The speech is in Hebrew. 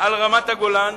על רמת-הגולן,